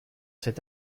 cet